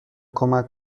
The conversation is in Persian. کمک